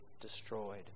destroyed